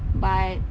but